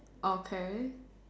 okay